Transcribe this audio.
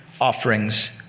offerings